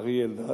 אריה אלדד,